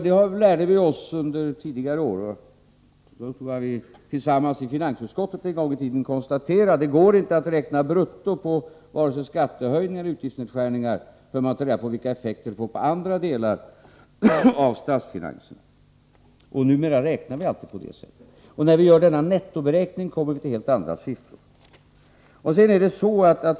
Vi lärde oss under tidigare år — och jag tror också att vi tillsammans i finansutskottet en gång i tiden konstaterade detta — att det inte går att räkna brutto på vare sig skattehöjningar eller utgiftsnedskärningar förrän man tagit reda på vilka effekter de får på andra delar av statsfinanserna. Numera räknar vi aldrig på det sättet. När vi gör en nettoberäkning kommer vi fram till helt andra siffror.